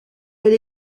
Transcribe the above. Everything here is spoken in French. elle